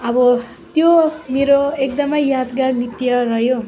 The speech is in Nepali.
अब त्यो मेरो एकदम यादगार नृत्य रह्यो